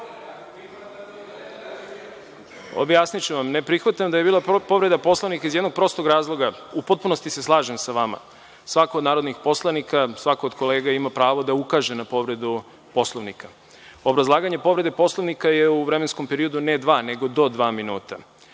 vam, ne prihvatam da je bilo povreda Poslovnika iz jednog prostog razloga, u potpunosti se slažem sa vama, svako od narodnih poslanika, svako od kolega ima pravo da ukaže na povredu Poslovnika. Obrazlaganje povrede Poslovnika je u vremenskom periodu ne dva, nego do dva minuta